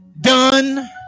done